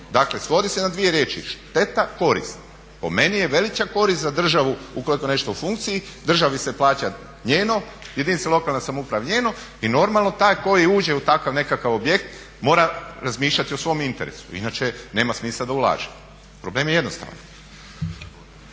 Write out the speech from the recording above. Dakle svodi se na dvije riječi šteta korist. Po meni je veća korist za državu ukoliko je nešto u funkciji, državi se plaća njeno, jedinici lokalne samouprave njeno i normalno taj koji uđe u takav nekakav objekt mora razmišljati o svom interesu inače nema smisla da ulaže. Problem je jednostavan.